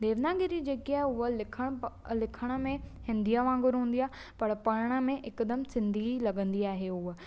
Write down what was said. देवनागिरी जेके आहे उहा लिखण में हिंदीअ वांगुरु हूंदी आहे पर पढ़ण में हिकदमि सिंधी ई लगंदी आहे हूअ